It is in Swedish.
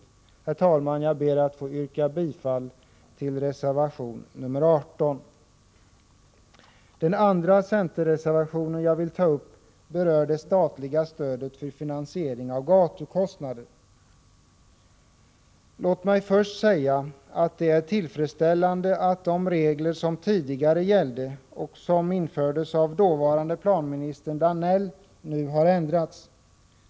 Herr talman! Jag ber att få yrka bifall till reservation nr 18. Den andra centerreservation jag vill ta upp berör det statliga stödet till finansiering av gatukostnader. Låt mig först säga att det är tillfredsställande att de regler som tidigare gällde och som infördes av dåvarande planministern Danell nu har ändrats.